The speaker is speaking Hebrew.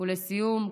לסיום,